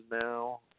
now